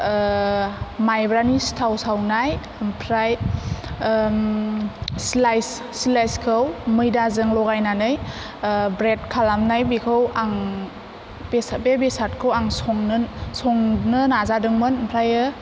माइब्रानि सिथाव सावनाय ओमफ्राय आं सिलाइस सिलाइसखौ मैदाजों लगायनानै ब्रेद खालामनाय बेखौ आं बे बेसादखौ आं संनो नाजादोंमोन ओमफ्रायो